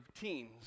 teens